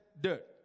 dirt